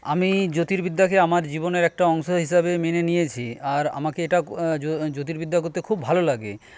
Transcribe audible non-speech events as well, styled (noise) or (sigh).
আমি জ্যোতির্বিদ্যাকে আমার জীবনের একটা অংশ হিসাবে মেনে নিয়েছি আর আমাকে এটা (unintelligible) জ্যোতির্বিদ্যা করতে খুব ভালো লাগে